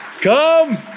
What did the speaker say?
Come